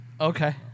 Okay